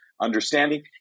understanding